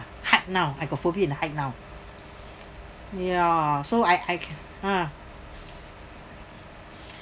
height now I get phobia in the height now ya so I I can't ah